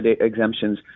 exemptions